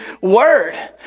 word